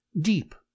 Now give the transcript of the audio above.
deep